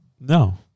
No